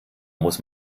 muss